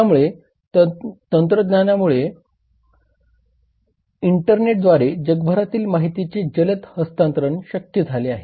त्यामुळे तंत्रज्ञानामुळे इंटरनेटद्वारे जगभरातील माहितीचे जलद हस्तांतरण शक्य झाले आहे